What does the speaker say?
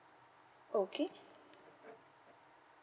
okay